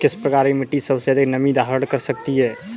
किस प्रकार की मिट्टी सबसे अधिक नमी धारण कर सकती है?